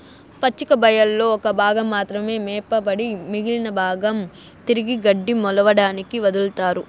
పచ్చిక బయళ్లలో ఒక భాగం మాత్రమే మేపబడి మిగిలిన భాగం తిరిగి గడ్డి మొలవడానికి వదులుతారు